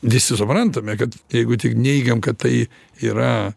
visi suprantame kad jeigu tik neigiam kad tai yra